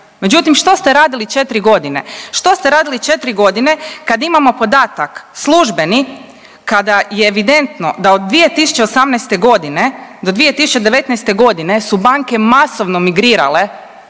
Međutim, što ste radili 4 godine? Što ste radili 4 godine kad imamo podatak službeni kada je evidentno da od 2018. godine do 2019. godine su banke masovno migrirale